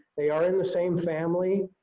they are in the same family,